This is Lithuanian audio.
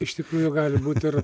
iš tikrųjų gali būt ir